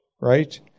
right